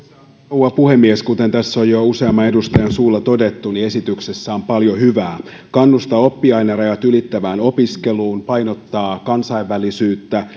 rouva puhemies kuten tässä on jo useamman edustajan suulla todettu esityksessä on paljon hyvää se kannustaa oppiainerajat ylittävään opiskeluun ja painottaa kansainvälisyyttä